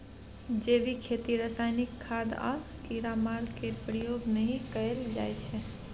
जैबिक खेती रासायनिक खाद आ कीड़ामार केर प्रयोग नहि कएल जाइ छै